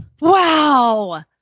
Wow